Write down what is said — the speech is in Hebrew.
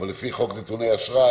אבל לפי חוק נתוני האשראי,